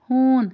ہوٗن